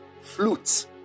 flutes